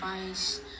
advice